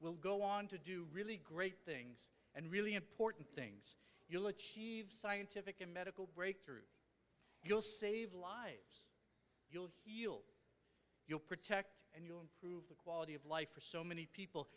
will go on to do really great things and really important things you'll achieve scientific and medical breakthroughs you'll save lives you'll hear you'll protect and you prove the quality of life for so many people